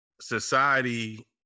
society